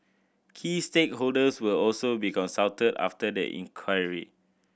key stakeholders will also be consulted after the inquiry